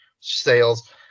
sales